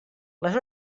les